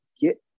get